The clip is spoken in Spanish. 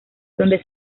donde